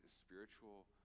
spiritual